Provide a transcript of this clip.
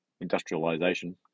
industrialization